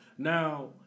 Now